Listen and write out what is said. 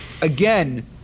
again